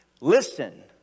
Listen